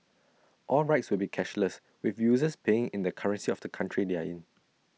all rides will be cashless with users paying in the currency of the country they are in